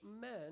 men